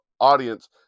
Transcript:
audience